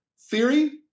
Theory